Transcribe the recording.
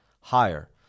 higher